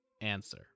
answer